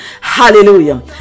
Hallelujah